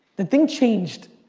the thing's changed.